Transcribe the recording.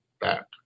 back